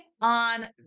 on